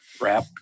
wrap